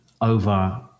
over